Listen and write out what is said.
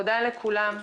תודה לכולם.